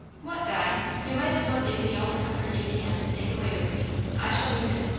what, di? you might as well give me all the comfort you can to take away with me. i shall need it.